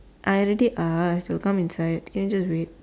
I already ask they will come inside can you just wait